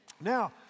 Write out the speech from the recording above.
Now